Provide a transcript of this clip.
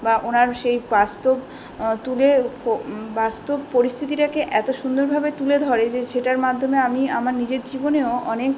বা ওনার সেই বাস্তব তুলে ও বাস্তব পরিস্থিতিটাকে এত সুন্দরভাবে তুলে ধরে যে সেটার মাধ্যমে আমি আমার নিজের জীবনেও অনেক